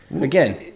again